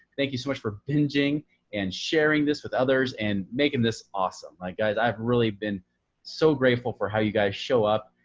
thank you so much for bingeing and sharing this with others and making this awesome. like guys, i've really been so grateful for how you guys show up.